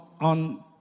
on